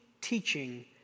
teaching